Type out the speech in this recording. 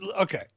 okay